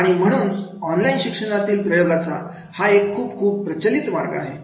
आणि म्हणून ऑनलाइन शिक्षणातील प्रयोगाचा हा एक खूप खूप प्रचलित मार्ग आहे